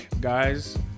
guys